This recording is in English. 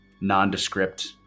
nondescript